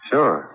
Sure